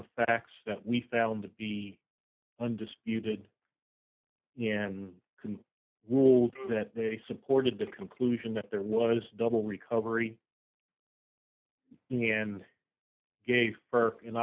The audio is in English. of facts that we found to be undisputed and can rule that they supported the conclusion that there was a double recovery in gay for an